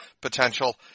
potential